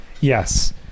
Yes